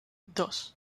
dos